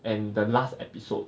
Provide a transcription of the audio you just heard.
and the last episode